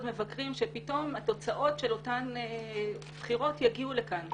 מבקרים שפתאום התוצאות של אותן בחירות יגיעו לכאן,